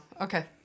Okay